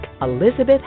Elizabeth